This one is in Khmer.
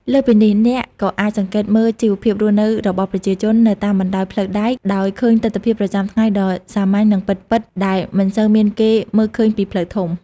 លើសពីនេះ អ្នកក៏អាចសង្កេតមើល ជីវភាពរស់នៅរបស់ប្រជាជន នៅតាមបណ្ដោយផ្លូវដែក ដោយឃើញទិដ្ឋភាពប្រចាំថ្ងៃដ៏សាមញ្ញ និងពិតៗដែលមិនសូវមានគេមើលឃើញពីផ្លូវធំ។